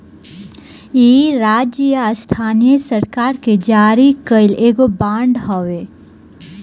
इ राज्य या स्थानीय सरकार के जारी कईल एगो बांड हवे